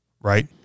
right